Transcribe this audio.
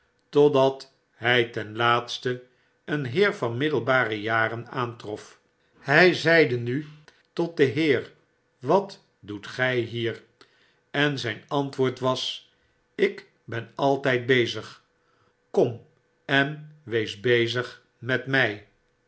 totdat hij ten laatste een heer van middelbare jaren aantrof hy zeide nu tot den heer wat doet gij hier en zijn antwoord was ik ben altijd bezig kom en wees bezig met mi